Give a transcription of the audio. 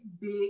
big